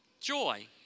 joy